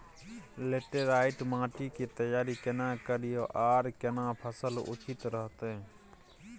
Laterite माटी की तैयारी केना करिए आर केना फसल उचित रहते?